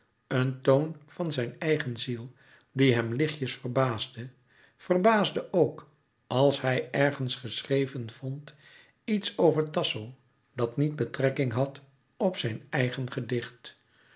een toon van zijn eigen ziel die hem lichtjes verbaasde verbaasde ook als hij ergens geschreven vond iets over tasso dat niet betrekking had op zijn eigen gedicht